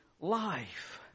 life